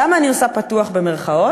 למה אני עושה "פתוח", במירכאות?